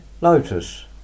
Lotus